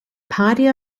party